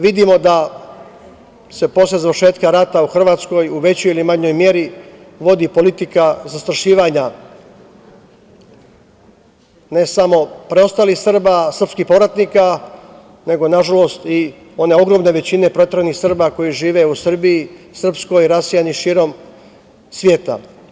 Vidimo da se posle završetka rata u Hrvatskoj u većoj ili manjoj meri vodi politika zastrašivanja ne samo preostalih Srba, srpskih povratnika, nego i one ogromne većine proteranih Srba koji žive u Srbiji, Srpskoj, rasejani širom sveta.